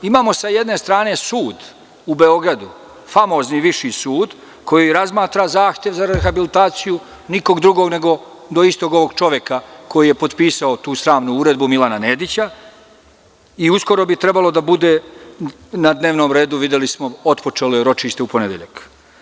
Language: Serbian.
Imamo sa jedne strane sud u Beogradu, famozni Viši sud, koji razmatra zahtev za rehabilitacij, nikog drugog nego do istog ovog čoveka koji je potpisao tu sramnu uredbu, Milana Nedića, i uskoro bi trebalo da bude na dnevnom redu, videli smo, otpočelo je ročište u ponedeljak.